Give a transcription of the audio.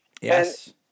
Yes